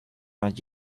not